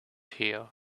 here